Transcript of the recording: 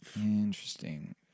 Interesting